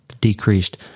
decreased